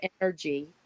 energy